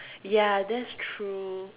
ya that's true